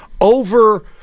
over